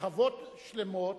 שכבות שלמות